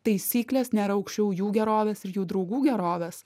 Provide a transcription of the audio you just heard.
taisyklės nėra aukščiau jų gerovės ir jų draugų gerovės